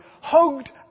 Hugged